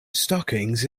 stockings